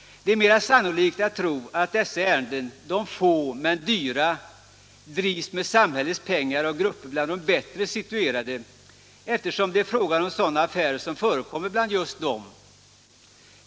Det är mera sannolikt att tro att dessa ärenden, de få men dyra, drivs med samhällets pengar av grupper bland de bättre situerade, eftersom det är fråga om sådana affärer som förekommer bland just dem.